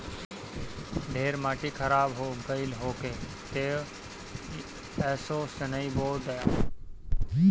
ढेर माटी खराब हो गइल होखे तअ असो सनइ बो दअ